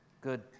good